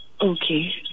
okay